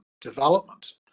development